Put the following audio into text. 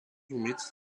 humits